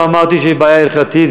לא אמרתי שיש בעיה הלכתית,